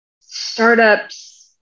startups